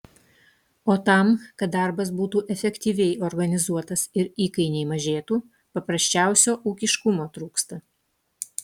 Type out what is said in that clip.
o tam kad darbas būtų efektyviai organizuotas ir įkainiai mažėtų paprasčiausio ūkiškumo trūksta